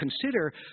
consider